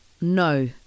No